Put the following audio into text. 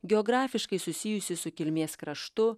geografiškai susijusi su kilmės kraštu